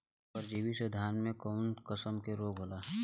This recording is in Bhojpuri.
परजीवी से धान में कऊन कसम के रोग होला?